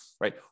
Right